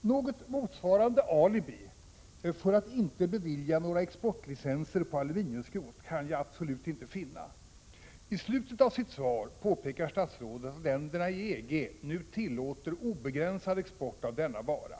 Något motsvarande ”alibi” för att inte bevilja några exportlicenser på aluminiumskrot kan jag absolut inte finna! I slutet av sitt svar påpekar statsrådet att länderna i EG nu tillåter obegränsad export av denna vara.